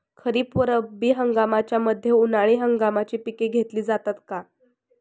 खरीप व रब्बी हंगामाच्या मध्ये उन्हाळी हंगामाची पिके घेतली जातात का?